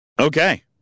Okay